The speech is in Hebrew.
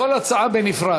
לכל הצעה בנפרד.